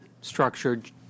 structured